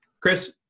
Chris